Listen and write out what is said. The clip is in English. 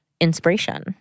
inspiration